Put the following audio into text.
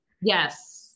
Yes